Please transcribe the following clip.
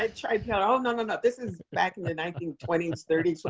ah oh no, no, no, this is back in the nineteen twenty s, thirty so